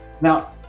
Now